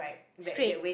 straight